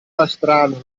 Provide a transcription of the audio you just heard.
pastrano